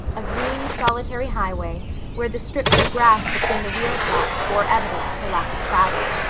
a green, solitary highway where the strips of grass between the wheel tracks bore evidence to lack of travel.